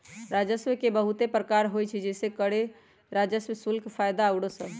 राजस्व के बहुते प्रकार होइ छइ जइसे करें राजस्व, शुल्क, फयदा आउरो सभ